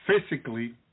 physically